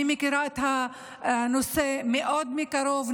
אני מכירה את הנושא מקרוב מאוד,